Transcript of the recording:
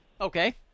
Okay